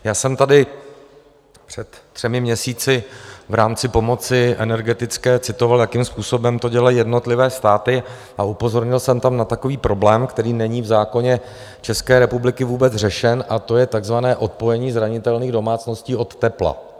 Já jsem tady před třemi měsíci v rámci energetické pomoci citoval, jakým způsobem to dělají jednotlivé státy, a upozornil jsem tam na takový problém, který není v zákoně České republiky vůbec řešen, a to je takzvané odpojení zranitelných domácností od tepla.